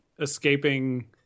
escaping